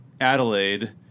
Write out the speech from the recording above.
Adelaide